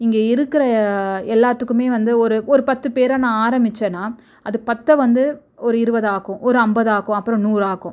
இங்கே இருக்கிற எல்லாத்துக்குமே வந்து ஒரு ஒரு பத்து பேராக நான் ஆரம்பிச்சேன்னால் அது பத்தை வந்து ஒரு இருபதாக்கும் ஒரு ஐம்பதாக்கும் அப்புறம் நூறாக்கும்